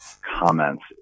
comments